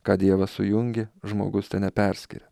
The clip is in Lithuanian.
ką dievas sujungė žmogus teneperskiria